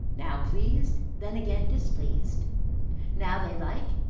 now pleased, then again displeased now they like,